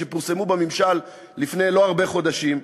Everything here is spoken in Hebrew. שפורסמו בממשל לפני לא הרבה חודשים,